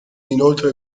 inoltre